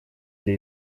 для